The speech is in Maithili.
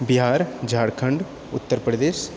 बिहार झारखण्ड उत्तरप्रदेश